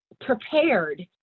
prepared